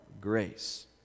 grace